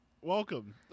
Welcome